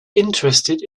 interested